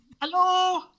hello